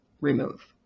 remove